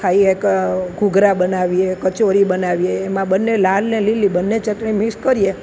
ખાઈએ કે ઘૂઘરા બનાવીએ કચોરી બનાવીએ એમાં બંને લાલ અને લીલી બંને ચટણી મિક્સ કરીએ